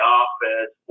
office